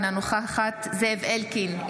אינה נוכחת זאב אלקין,